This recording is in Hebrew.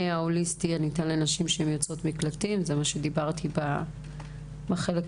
ההוליסטי הניתן לנשים היוצאות מהמקלטים כדי להבין את